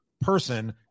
person